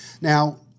Now